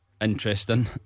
interesting